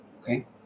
Okay